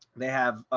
they have